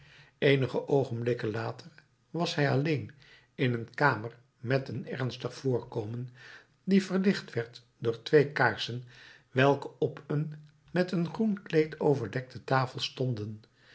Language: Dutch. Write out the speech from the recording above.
eenige oogenblikken later was hij alleen in een kamer met een ernstig voorkomen die verlicht werd door twee kaarsen welke op een met een groen kleed overdekte tafel stonden